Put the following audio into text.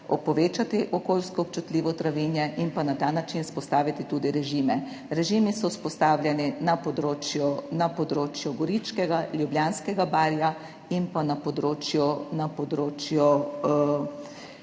povečati okoljsko občutljivo travinje in na ta način vzpostaviti tudi režime. Režimi so vzpostavljeni na področju Goričkega, Ljubljanskega barja in pa na področju